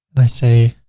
i say